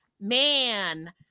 man